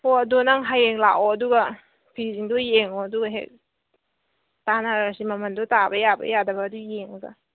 ꯍꯣ ꯑꯗꯨ ꯅꯪ ꯍꯌꯦꯡ ꯂꯥꯛꯑꯣ ꯑꯗꯨꯒ ꯐꯤꯁꯤꯡꯗꯣ ꯌꯦꯡꯉꯣ ꯑꯗꯨꯒꯍꯦꯛ ꯇꯥꯟꯅꯔꯁꯤ ꯃꯃꯜꯗꯣ ꯇꯥꯕ ꯌꯥꯕ꯭ꯔꯥ ꯌꯥꯗꯕ꯭ꯔꯥꯗꯣ ꯌꯦꯡꯉꯒ